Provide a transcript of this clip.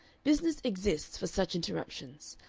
business exists for such interruptions.